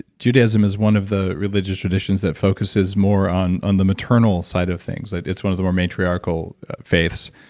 judaism is one of the religious traditions that focuses more on on the maternal side of things. it's one of the more matriarchal face.